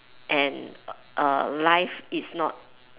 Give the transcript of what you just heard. and err life is not